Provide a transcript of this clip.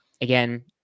again